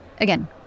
Again